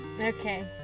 Okay